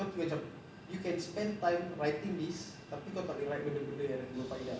kau tahu macam you can spend time writing this tapi kau tak boleh write benda-benda yang lagi berfaedah